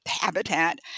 Habitat